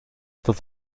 dat